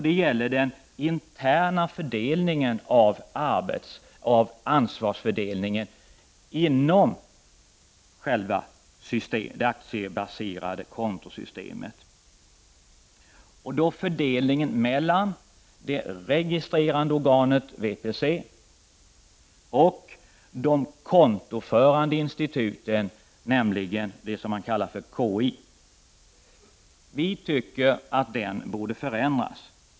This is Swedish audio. Det handlar om den interna fördelningen av ansvaret inom det aktiebaserade kontosystemet, fördelningen mellan det registrerande organet Värdepapperscentralen och de kontoförande instituten. Vi tycker att den borde förändras.